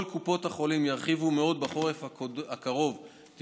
כל קופות החולים ירחיבו מאוד בחורף הקרוב את